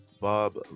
bob